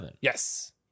Yes